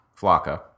flocka